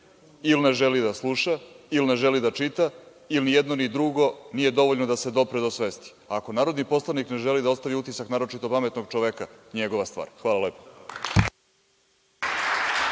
Ili ne želi da sluša, ili ne želi da čita, ili ni jedno ni drugo nije dovoljno da se dopre do svesti. Ako narodni poslanik ne želi da ostavi utisak naročito pametnog čoveka, njegova stvar. Hvala